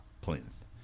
plinth